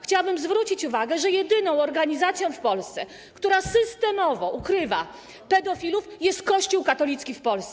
Chciałabym zwrócić uwagę, że jedyną organizacją w Polsce, która systemowo ukrywa pedofilów, jest Kościół katolicki w Polsce.